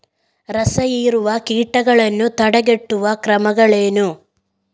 ರಸಹೀರುವ ಕೀಟಗಳನ್ನು ತಡೆಗಟ್ಟುವ ಕ್ರಮಗಳೇನು?